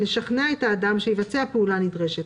לשכנע את האדם שיבצע פעולה נדרשת,